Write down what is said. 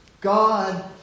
God